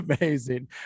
amazing